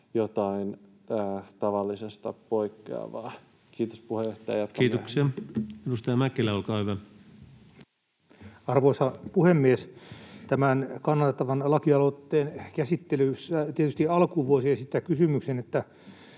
jotain tavallisesta poikkeavaa. — Kiitos, puheenjohtaja, jatkan myöhemmin. Kiitoksia. — Edustaja Mäkelä, olkaa hyvä. Arvoisa puhemies! Tämän kannatettavan lakialoitteen käsittelyssä tietysti alkuun voisi esittää kysymyksen, että